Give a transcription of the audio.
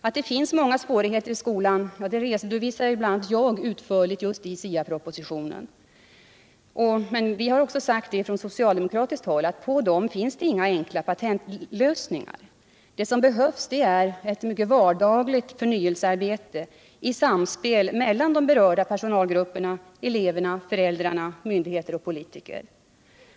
Att det finns stora svårigheter i skolan har bl.a. jag redovisat i SIA propositionen. På denna finns — det har vi också sagt från socialdemokratiskt håll — inga enkla patentlösningar. Det som behövs är ett vardagligt förnyelsearbete i samspel mellan berörda personalgrupper, elever, föräldrar, myndigheter och politiker.